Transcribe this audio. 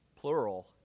plural